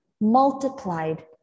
multiplied